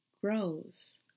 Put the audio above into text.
grows